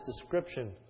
description